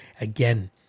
again